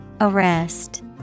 Arrest